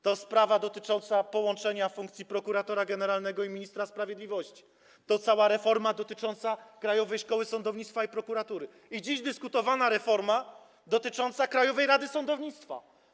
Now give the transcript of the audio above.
To sprawa dotycząca połączenia funkcji prokuratora generalnego i ministra sprawiedliwości, to cała reforma dotycząca Krajowej Szkoły Sądownictwa i Prokuratury i dziś dyskutowana reforma dotycząca Krajowej Rady Sądownictwa.